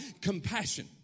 compassion